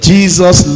Jesus